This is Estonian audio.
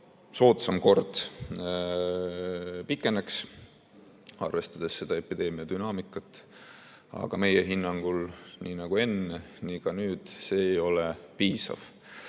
soodsam kord pikeneks, arvestades epideemia dünaamikat, aga meie hinnangul – nii nagu enne, nii ka nüüd – see ei ole piisav.